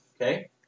Okay